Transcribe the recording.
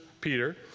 Peter